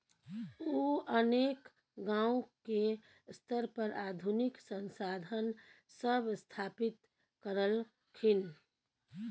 उ अनेक गांव के स्तर पर आधुनिक संसाधन सब स्थापित करलखिन